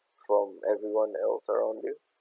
from everyone else around you